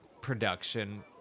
production